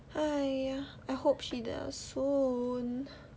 !haiya! I hope she does soon